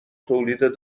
تولید